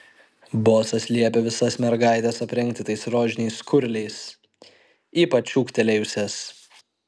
bosas liepia visas mergaites aprengti tais rožiniais skurliais ypač ūgtelėjusias